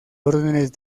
órdenes